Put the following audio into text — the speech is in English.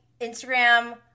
Instagram